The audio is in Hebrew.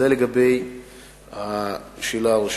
זה לגבי השאלה הראשונה.